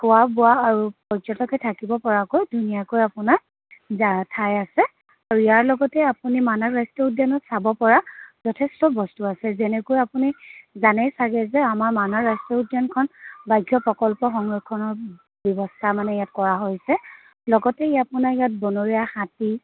খোৱা বোৱা আৰু পৰ্যটকে থাকিব পৰাকৈ ধুনীয়াকৈ আপোনাৰ ঠাই আছে আৰু ইয়াৰ লগতে আপুনি মানাস ৰাষ্ট্ৰীয় উদ্যানত চাব পৰা যথেষ্ট বস্তু আছে যেনেকৈ আপুনি জানেই ছাগে যে আমাৰ মানাস ৰাষ্ট্ৰীয় উদ্যানখন বাহ্য প্ৰকল্প সংৰক্ষণৰ ব্যৱস্থা মানে ইয়াত কৰা হৈছে লগতে আপোনাৰ ইয়াত বনৰিয়া হাতী